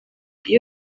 iyo